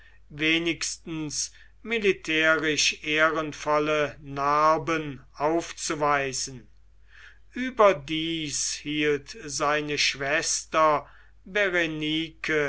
wenigstens militärisch ehrenvolle narben aufzuweisen überdies hielt seine schwester